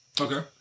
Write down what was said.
Okay